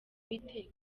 bite